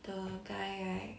the guy right